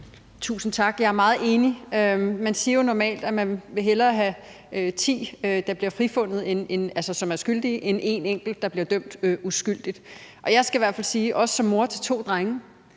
Tusind tak. Jeg er meget enig. Man siger jo normalt, at man hellere vil have ti, der bliver frifundet, som er skyldige, end en enkelt, der bliver dømt uskyldigt. Jeg skal i hvert fald sige, også som mor til to drenge,